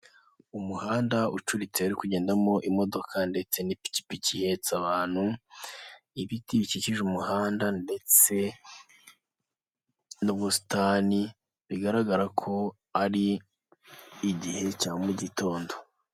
Umuhanda ucuritse uri kugendamo imodoka ndetse n'ipikipiki ihetse abantu, ibiti bikikije umuhanda ndetse n'ubusitani, bigaragara ko ari igihe cya mu gitondo.